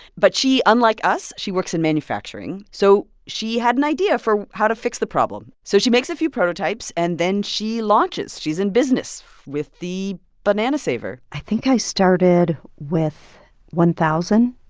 but she unlike us, she works in manufacturing. so she had an idea for how to fix the problem, so she makes a few prototypes, and then she launches. she's in business with the banana saver i think i started with one thousand,